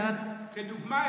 הבאתי את זה לדוגמה,